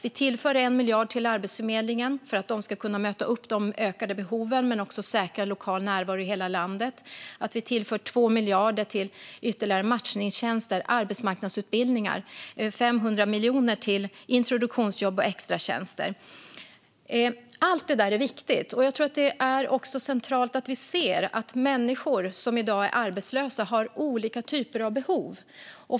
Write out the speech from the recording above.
Vi tillför 1 miljard till Arbetsförmedlingen för att de ska kunna möta upp de ökade behoven men också säkra lokal närvaro i hela landet. Vi tillför 2 miljarder till ytterligare matchningstjänster och arbetsmarknadsutbildningar. Vi tillför 500 miljoner till introduktionsjobb och extratjänster. Allt det där är viktigt. Jag tror också att det är centralt att vi ser att människor som i dag är arbetslösa har olika typer av behov.